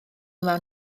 mewn